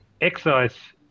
excise